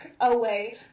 away